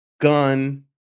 Gun